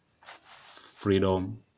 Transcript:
freedom